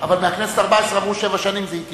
אבל מהכנסת הארבע-עשרה עברו שבע שנים ויש התיישנות.